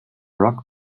rug